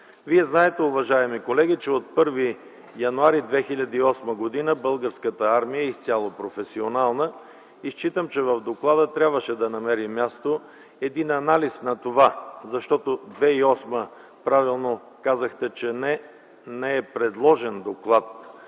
Вие знаете, уважаеми колеги, че от 1 януари 2008 г. Българската армия е изцяло професионална. Считам, че в доклада трябваше да намери място един анализ. Правилно казахте, че през 2008 г. не е предложен доклад